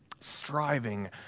striving